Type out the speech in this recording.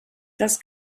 das